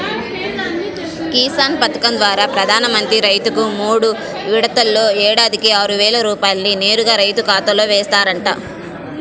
కిసాన్ పథకం ద్వారా ప్రధాన మంత్రి రైతుకు మూడు విడతల్లో ఏడాదికి ఆరువేల రూపాయల్ని నేరుగా రైతు ఖాతాలో ఏస్తారంట